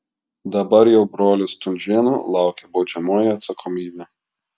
dabar jau brolių stunžėnų laukia baudžiamoji atsakomybė